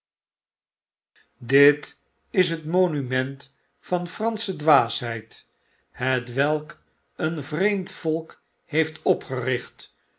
dit is het monument van pransche dwaasheid hetwelk een vreemd volk heeft opgericht